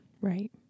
Right